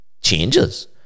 changes